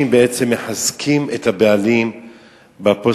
בעצם מחזקות את הבעלים בפוסט-טראומה,